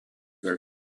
are